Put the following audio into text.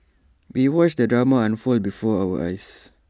we watched the drama unfold before our eyes